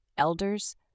elders